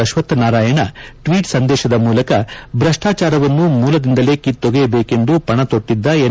Ashwath Narayan tweet ಸಂದೇಶದ ಮೂಲಕ ಭ್ರಷ್ನಾಚಾರವನ್ನು ಮೂಲದಿಂದಲೇ ಕಿತ್ತೊಗೆಯಬೇಕೆಂದು ಪಣ ತೊಟ್ಟಿದ್ದ ಎನ್